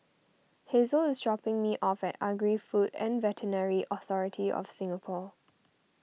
Hazle is dropping me off at Agri Food and Veterinary Authority of Singapore